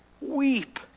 weep